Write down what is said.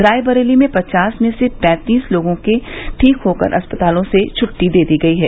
रायबरेली में पचास में से पैंतीस लोगों को ठीक होने पर अस्पतालों से छुट्टी दे दी गई है